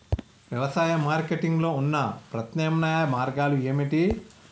వ్యవసాయ మార్కెటింగ్ లో ఉన్న ప్రత్యామ్నాయ మార్గాలు ఏమిటి?